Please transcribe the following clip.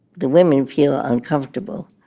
the women feel uncomfortable